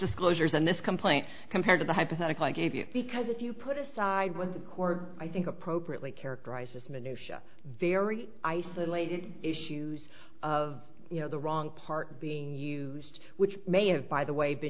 disclosures and this complaint compared to the hypothetical i gave you because if you put aside with or i think appropriately characterized as minutia very isolated issues of you know the wrong part being used which may have by the way